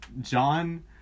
John